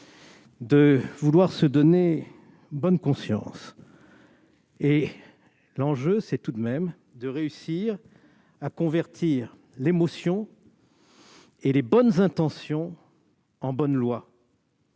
de vouloir se donner bonne conscience. L'enjeu est tout de même de réussir à convertir l'émotion et les bonnes intentions en bonnes lois,